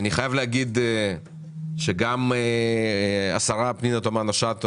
אני חייב להגיד שגם השרה פנינה תמנו-שטה,